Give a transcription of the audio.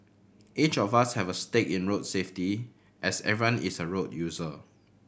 each of us have a stake in road safety as everyone is a road user